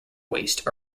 waste